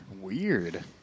Weird